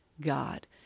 God